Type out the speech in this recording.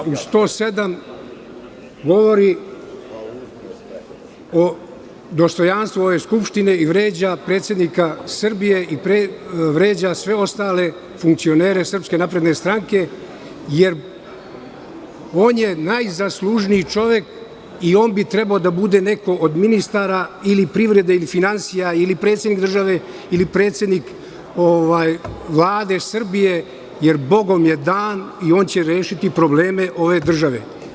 U tački 107. govori se o dostojanstvu ove Skupštine i vređa predsednika Srbije i vređa sve ostale funkcionere SNS jer on je najzaslužniji čovek i on bi trebalo da bude neko od ministara ili privrede ili finansija, ili predsednik države ili predsednik Vlade Srbije jer bogom je dan i on će rešiti probleme ove države.